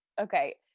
okay